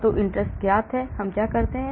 तो interest ज्ञात है हम क्या करते हैं